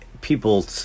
people